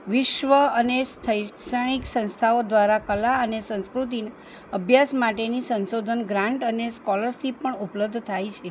વિશ્વ અને શૈક્ષણિક સંસ્થાઓ દ્વારા કલા અને સંસ્કૃતિને અભ્યાસ માટેની સંશોધન ગ્રાન્ટ અને સ્કોલરશીપ પણ ઉપલબ્ધ થાય છે